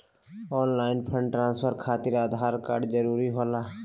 Online fund transfer खातिर Aadhaar card जरूरी होला?